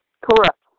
Correct